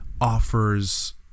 offers